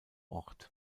ort